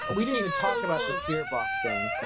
we didn't even talk about the spirit box thing.